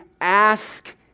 ask